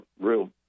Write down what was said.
real